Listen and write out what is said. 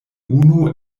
unu